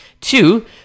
Two